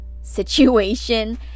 situation